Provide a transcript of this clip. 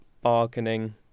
bargaining